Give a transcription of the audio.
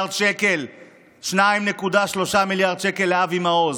מיליארד שקל לאבי מעוז,